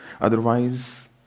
Otherwise